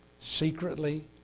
secretly